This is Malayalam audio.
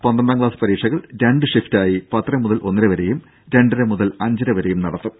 പന്ത്രണ്ടാം ക്ലാസ് പരീക്ഷകൾ രണ്ട് ഷിഫ്റ്റായി പത്തര മുതൽ ഒന്നര വരെയും രണ്ടര മുതൽ അഞ്ചര വരെയും നടത്തും